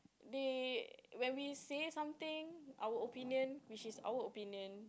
they when we say something our opinion which is our opinion